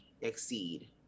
exceed